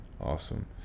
Awesome